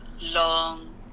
long